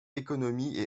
économie